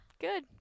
Good